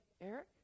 Eric